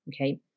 okay